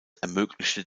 ermöglichte